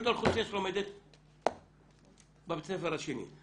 את האוכלוסייה שלומדת בבית ספר השני.